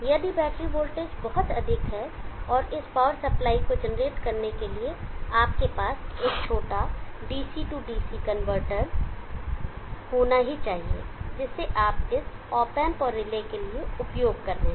यदि battery voltage बहुत अधिक है तो पावर सप्लाई को जनरेट करने के लिए आपके पास एक छोटा DC DC कनवर्टर होना ही चाहिए जिसे आप इस ऑप एंप और रिले के लिए उपयोग कर रहे हैं